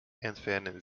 entfernen